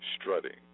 strutting